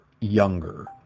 younger